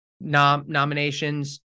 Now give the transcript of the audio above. nominations